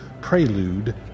Prelude